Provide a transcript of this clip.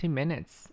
minutes